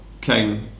came